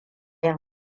yin